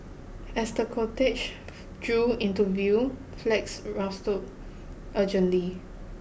as the cortege drew into view flags urgently